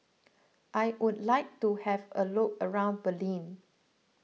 I would like to have a look around Berlin